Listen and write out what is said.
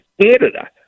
Canada